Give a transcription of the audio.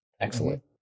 excellent